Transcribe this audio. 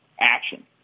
action